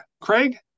Craig